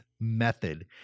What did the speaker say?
method